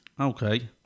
Okay